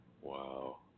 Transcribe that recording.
Wow